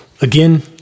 Again